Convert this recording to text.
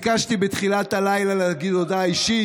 יואב, ביקשתי בתחילת הלילה להגיד הודעה אישית.